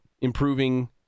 improving